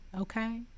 okay